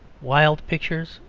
wild pictures,